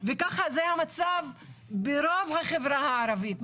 וזה המצב ברוב החברה הערבית.